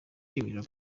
y’u